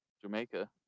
Jamaica